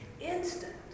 Instant